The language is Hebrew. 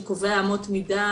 שקובע אמות מידה